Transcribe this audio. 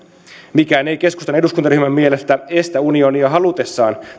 mikään ei keskustan eduskuntaryhmän mielestä estä unionia halutessaan